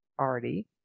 already